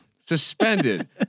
suspended